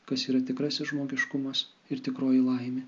kas yra tikrasis žmogiškumas ir tikroji laimė